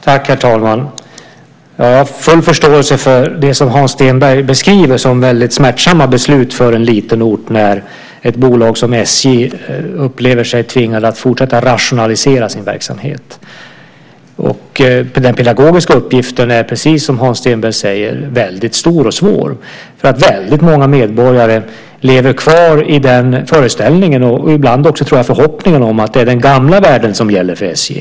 Herr talman! Jag har full förståelse för det som Hans Stenberg beskriver som väldigt smärtsamma beslut för en liten ort när ett bolag som SJ upplever sig tvingat att fortsätta att rationalisera sin verksamhet. Den pedagogiska uppgiften är, precis som Hans Stenberg säger, väldigt stor och svår. Väldigt många medborgare lever kvar i föreställningen och ibland också förhoppningen att det är den gamla världen som gäller för SJ.